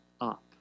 up